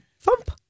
Thump